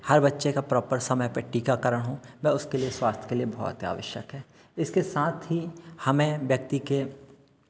हर बच्चे का प्रॉपर समय पर टीकाकरण हो वह उसके लिए स्वास्थ्य के लिए बहुत आवश्यक है इसके साथ ही हमें व्यक्ति के